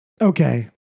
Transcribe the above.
Okay